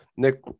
Nick